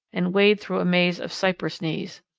and wade through a maze of cypress knees.